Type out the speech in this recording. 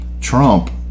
Trump